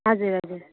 हजुर हजुर